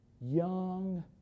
young